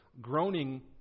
groaning